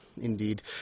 indeed